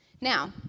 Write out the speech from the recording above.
Now